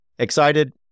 excited